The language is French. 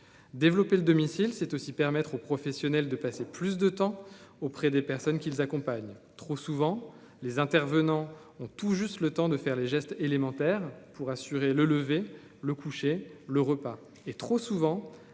développer le domicile, c'est aussi permettre aux professionnels de passer plus de temps auprès des personnes qu'ils accompagnent trop souvent, les intervenants ont tout juste le temps de faire les gestes élémentaires pour assurer le lever, le coucher, le repas est trop souvent